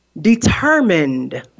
determined